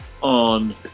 on